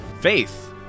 Faith